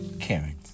Karen